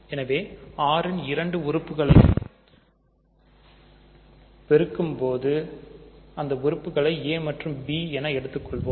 எனவே R ன் இரண்டு உறுப்புகளைபெருக்கும்போதுஅந்த உறுப்புகளை a மற்றும் b எடுத்துக்கொள்வோம்